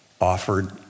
Offered